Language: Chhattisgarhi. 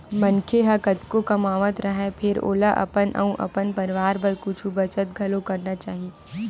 मनखे ह कतको कमावत राहय फेर ओला अपन अउ अपन परवार बर कुछ बचत घलोक करना चाही